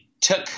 took